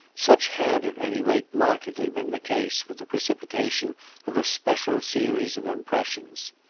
such had at any rate markedly been the case for the precipitation of a special series of impressions.